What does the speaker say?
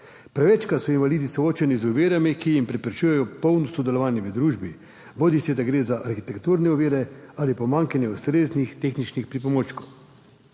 Prevečkrat so invalidi soočeni z ovirami, ki jim preprečujejo polno sodelovanje v družbi, bodisi da gre za arhitekturne ovire ali pomanjkanje ustreznih tehničnih pripomočkov.